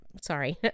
sorry